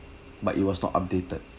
but it was not updated